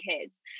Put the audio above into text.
kids